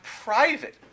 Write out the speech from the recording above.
private